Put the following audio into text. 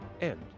End